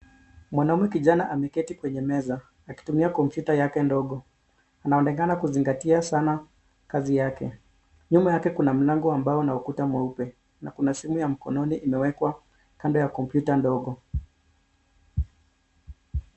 Mwanaume kijana ameketi kwenye meza akitumia komoyuta yake ndogo, anaonekana kuzingatia sana kazi yake. Nyuma yake kuna mlango wa mbao na ukuta mweupe na kuna simu ya mkononi imewekwa kando ya kompyuta ndogo.